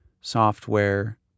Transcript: software